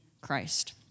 Christ